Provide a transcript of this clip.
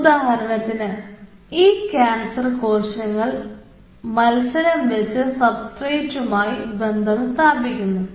ഉദാഹരണത്തിന് ഈ ക്യാൻസർ കോശങ്ങൾ മത്സരം വെച്ച് സബ്സ്ട്രേറ്റുമായി ബന്ധം സ്ഥാപിക്കുന്നു